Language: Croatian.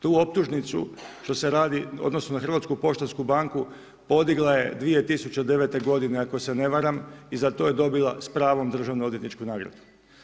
Tu optužnicu što ste radi, odnosi na Hrvatsku poštansku banku podigla je 2009. godine, ako se ne varam i za to je dobila s pravom državno-odvjetničku nagradu.